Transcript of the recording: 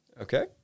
Okay